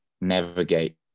navigate